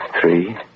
Three